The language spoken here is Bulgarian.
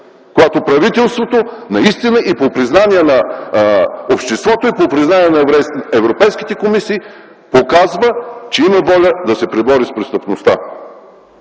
когато правителството наистина и по признание на обществото, и по признание на европейските комисии показва, че има воля да се пребори с престъпността?